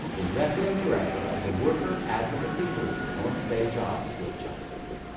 executive director of the worker advocacy group, north bay jobs with justice.